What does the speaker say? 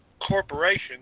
corporation